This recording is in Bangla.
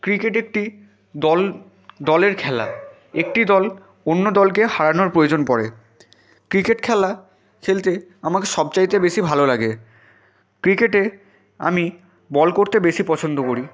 ক্রিকেট একটি দল দলের খেলা একটি দল অন্য দলকে হারানোর প্রয়োজন পড়ে ক্রিকেট খেলা খেলতে আমাকে সবচাইতে বেশি ভালো লাগে ক্রিকেটে আমি বল করতে বেশি পছন্দ করি